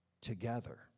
together